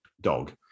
dog